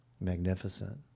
Magnificent